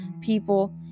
people